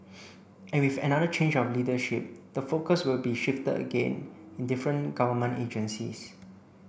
and with another change of leadership the focus will be shifted again in different government agencies